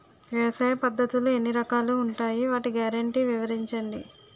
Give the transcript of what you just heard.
వ్యవసాయ పద్ధతులు ఎన్ని రకాలు ఉంటాయి? వాటి గ్యారంటీ వివరించండి?